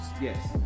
Yes